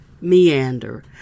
meander